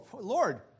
Lord